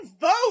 vote